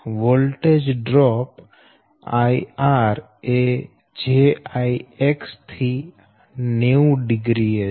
voltage drop IR એ jIX થી 900 એ છે